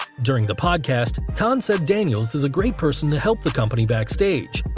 during the podcast, khan said daniels is a great person to help the company backstage,